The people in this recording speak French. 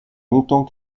longtemps